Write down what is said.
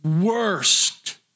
worst